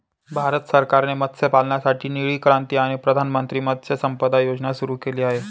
भारत सरकारने मत्स्यपालनासाठी निळी क्रांती आणि प्रधानमंत्री मत्स्य संपदा योजना सुरू केली आहे